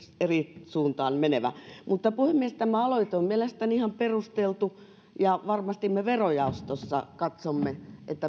eri suuntaan menevä puhemies tämä aloite on mielestäni ihan perusteltu ja varmasti me verojaostossa katsomme